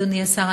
אדוני השר,